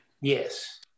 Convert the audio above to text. Yes